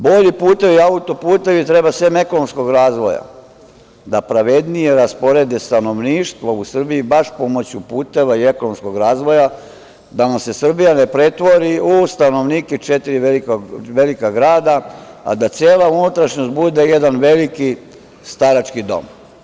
Bolji putevi autoputevi treba sem ekonomskog razvoja, da pravednije rasporede stanovništvo u Srbiji baš pomoću puteva i ekonomskog razvoja, da nam se Srbija ne pretvori u stanovnike četiri velika grada, a da cela unutrašnjost bude jedan veliki starački dom.